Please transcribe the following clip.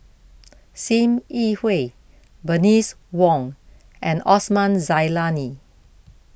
Sim Yi Hui Bernice Wong and Osman Zailani